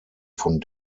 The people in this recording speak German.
von